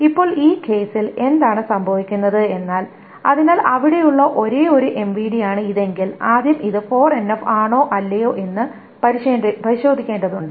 ഇപ്പോൾ ഈ കേസിൽ എന്താണ് സംഭവിക്കുന്നത് എന്നാൽ അതിനാൽ അവിടെയുള്ള ഒരേയൊരു MVD ആണ് ഇതെങ്കിൽ ഇത് ആദ്യം 4NF ആണോ അല്ലയോ എന്ന് പരിശോധിക്കേണ്ടതുണ്ട്